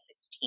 2016